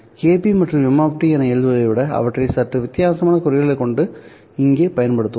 kP மற்றும் m என எழுதுவதை விட ஆகியவற்றைக் சற்று வித்தியாசமான குறியீடுகளை கொண்டு இங்கே பயன்படுத்துவோம்